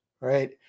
right